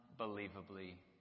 unbelievably